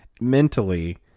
mentally